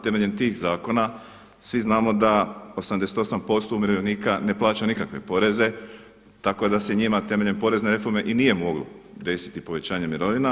Temeljem tih zakona svi znamo da 88% umirovljenika ne plaća nikakve poreze, tako da se njima temeljem porezne reforme i nije moglo desiti povećanje mirovina.